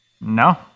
No